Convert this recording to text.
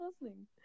listening